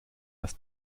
das